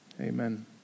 Amen